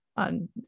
On